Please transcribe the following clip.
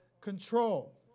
control